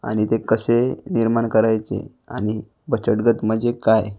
आणि ते कसे निर्माण करायचे आणि बचत गट म्हणजे काय